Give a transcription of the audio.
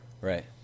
Right